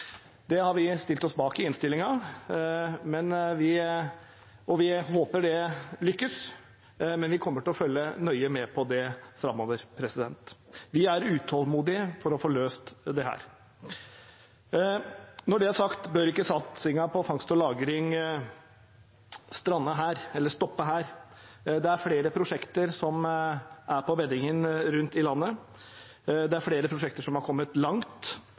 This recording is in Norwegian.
Det har vi stilt oss bak i innstillingen, og vi håper det lykkes, men vi kommer til å følge nøye med på det framover. Vi er utålmodige etter å få løst dette. Når det er sagt, bør ikke satsingen på fangst og lagring stoppe her. Det er flere prosjekter som er på beddingen rundt i landet. Det er flere prosjekter som har kommet langt.